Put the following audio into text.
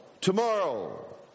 tomorrow